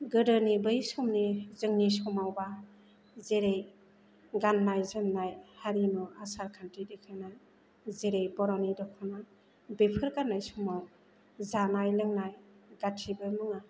गोदोनि बै समनि जोंनि समावबा जेरै गान्नाय जोमनाय हारिमु आसार खान्थि बिदिनो जेरै बर'नि दख'ना बेफोर गान्नाय समाव जानाय लोंनाय गासिबो मुवा